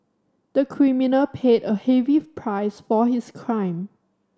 the criminal paid a heavy price for his crime